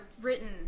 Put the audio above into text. written